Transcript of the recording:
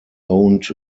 owned